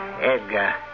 Edgar